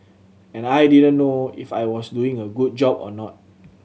and I didn't know if I was doing a good job or not